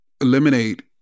eliminate